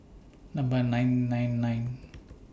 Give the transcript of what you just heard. Number nine nine nine